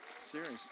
serious